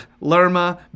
Lerma